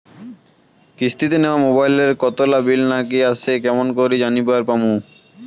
কিস্তিতে নেওয়া মোবাইলের কতোলা বিল বাকি আসে কেমন করি জানিবার পামু?